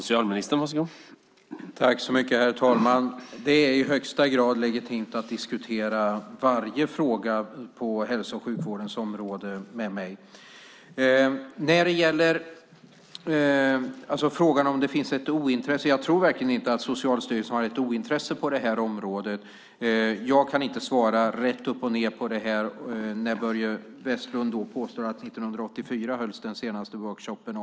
Herr talman! Det är i högsta grad legitimt att diskutera varje fråga inom hälso och sjukvårdens område med mig. Frågan är om det finns ett ointresse. Jag tror verkligen inte att Socialstyrelsen har ett ointresse på området. Jag kan inte svara rätt upp och ned när Börje Vestlund påstår att den senaste workshopen om epilepsi hölls 1984.